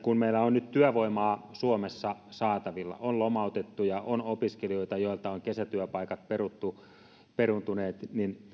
kun meillä on nyt työvoimaa suomessa saatavilla on lomautettuja on opiskelijoita joilta ovat kesätyöpaikat peruuntuneet